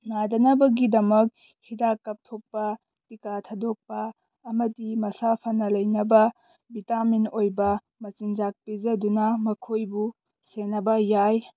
ꯅꯥꯗꯅꯕꯒꯤꯗꯃꯛ ꯍꯤꯗꯥꯛ ꯀꯥꯞꯊꯣꯛꯄ ꯇꯤꯀꯥ ꯊꯥꯗꯣꯛꯄ ꯑꯃꯗꯤ ꯃꯁꯥ ꯐꯅ ꯂꯩꯅꯕ ꯕꯤꯇꯥꯃꯤꯟ ꯑꯣꯏꯕ ꯃꯆꯤꯟꯖꯥꯛ ꯄꯤꯖꯗꯨꯅ ꯃꯈꯣꯏꯕꯨ ꯁꯦꯟꯅꯕ ꯌꯥꯏ